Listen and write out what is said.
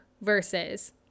versus